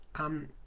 um